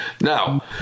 Now